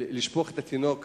לשפוך את התינוק